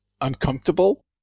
uncomfortable